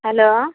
hello